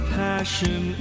passion